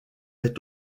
est